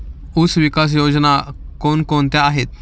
ऊसविकास योजना कोण कोणत्या आहेत?